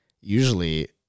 usually